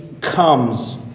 comes